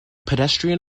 pedestrian